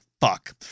fuck